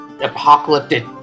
apocalyptic